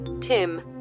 Tim